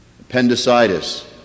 appendicitis